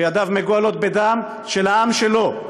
שידיו מגואלות בדם של העם שלו.